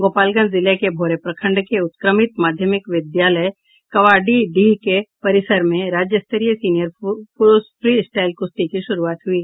गोपालगंज जिले के भोरे प्रखण्ड के उत्क्रमित माध्यमिक विद्यालय कवाडीडीह के परिसर में राज्य स्तरीय सीनियर पुरूष फ्री स्टाईल कृश्ती की शुरूआत हुयी